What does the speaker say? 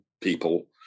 people